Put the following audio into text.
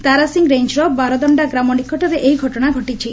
ତାରସିଂ ରେଞ୍ର ବାରଦଶ୍ତା ଗ୍ରାମ ନିକଟରେ ଏହି ଘଟଶା ଘଟିଛି